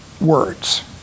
words